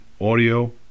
audio